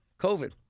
COVID